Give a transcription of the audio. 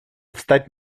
встать